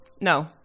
No